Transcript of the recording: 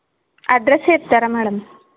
address చెప్తారా madam